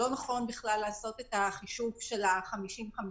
שלא נכון בכלל לעשות את החישוב של ה-50%-50%,